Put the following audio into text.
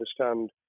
understand